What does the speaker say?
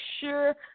sure